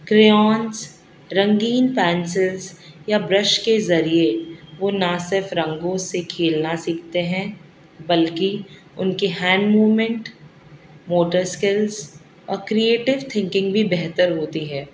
crayons رنگین pencils یا brush کے ذریعے وہ نہا صرف رنگوں سے کھیلنا سیکھتے ہیں بلکہ ان کی ہینڈ موومنٹ موٹر اسکلس اور کریئٹو تھنکنگ بھی بہتر ہوتی ہے